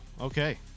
Okay